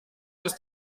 ist